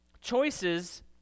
Choices